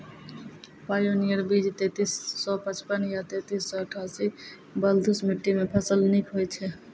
Pioneer बीज तेंतीस सौ पचपन या तेंतीस सौ अट्ठासी बलधुस मिट्टी मे फसल निक होई छै?